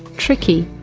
tricky,